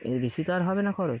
এই ঋষি তো আর হবে না খরচ